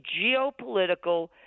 geopolitical